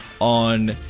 on